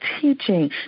teaching